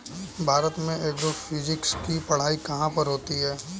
भारत में एग्रोफिजिक्स की पढ़ाई कहाँ पर होती है?